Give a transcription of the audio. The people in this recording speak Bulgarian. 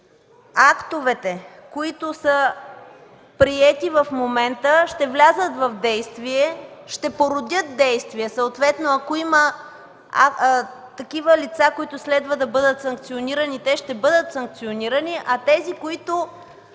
актовете, които са приети в момента, ще влязат в сила и ще породят действия. Ако има лица, които следва да бъдат санкционирани, ще бъдат санкционирани, а тези, които